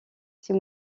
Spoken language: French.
six